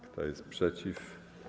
Kto jest przeciw?